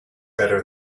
better